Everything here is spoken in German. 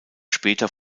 später